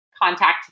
contact